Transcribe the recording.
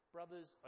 brothers